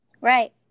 Right